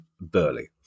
Burley